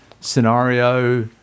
scenario